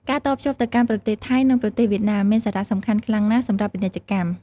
ការតភ្ជាប់ទៅកាន់ប្រទេសថៃនិងប្រទេសវៀតណាមមានសារៈសំខាន់ខ្លាំងណាស់សម្រាប់ពាណិជ្ជកម្ម។